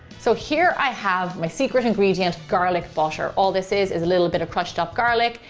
so here i have my secret ingredient, garlic butter. all this is is a little bit of crushed up garlic,